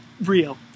real